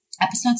episodes